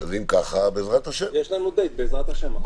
יש לנו דייט, בעזרת השם, מחר.